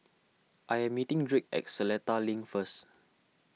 I am meeting Drake at Seletar Link first